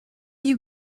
you